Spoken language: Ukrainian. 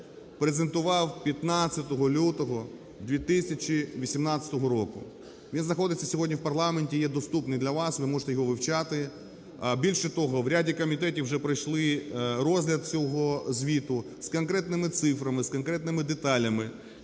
презентував 15 лютого 2018 року. Він знаходиться сьогодні в парламенті, є доступний для вас, ви можете його вивчати. Більше того, в ряді комітетів вже пройшли розгляд цього звіту з конкретними цифрами, з конкретними деталями